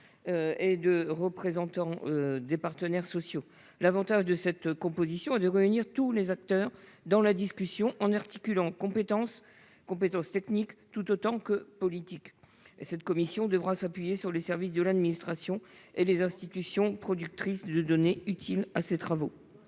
et de représentants des partenaires sociaux. L'avantage d'une telle composition est de réunir tous les acteurs, en articulant compétences techniques et politiques. Cette commission pourra s'appuyer sur les services de l'administration et les institutions productrices de données utiles à ses travaux.